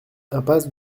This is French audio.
impasse